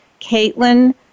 Caitlin